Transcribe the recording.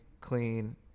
clean